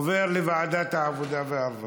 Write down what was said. עובר לוועדת העבודה והרווחה.